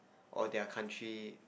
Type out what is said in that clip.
or their country